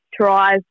tries